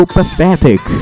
Pathetic